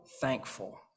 thankful